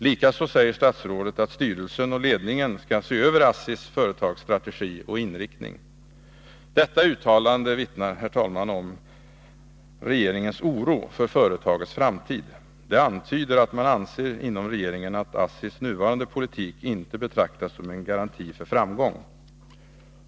Likaså säger statsrådet att styrelsen och ledningen skall se över ASSI:s företagsstrategi och inriktning. Detta uttalande vittnar, herr talman, om regeringens oro för företagets framtid. Det antyder att man inom regeringen anser att ASSI:s nuvarande politik inte kan betraktas som en garanti för framgång.